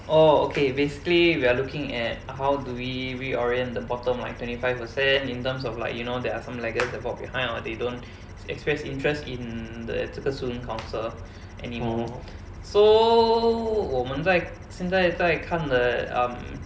oh okay basically we're looking at how do we reorient the bottom like twenty five percent in terms of like you know there are some laggers that fall behind or they don't express interest in the 这个 student council anymore so 我们在现在在看的 um